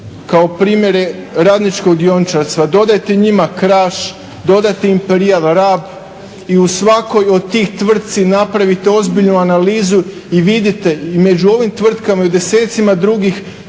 kao primjere radničkog dioničarstva. Dodajte njima Kraš, dodajte im … Rab i u svakoj od tih tvrtki napravite ozbiljnu analize i vidite i među ovim tvrtkama i desecima drugih